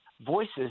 voices